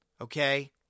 Okay